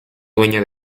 dueña